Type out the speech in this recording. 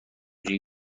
جویی